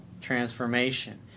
transformation